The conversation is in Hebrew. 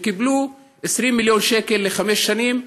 הם קיבלו 20 מיליון שקל לחמש שנים.